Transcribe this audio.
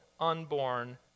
unborn